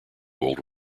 world